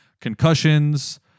concussions